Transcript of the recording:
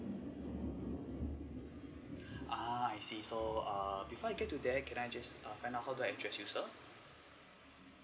uh I see so err before I get to that can I just err can I know how can I address you sir